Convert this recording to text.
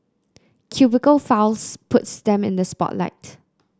cubicle files puts them in the spotlight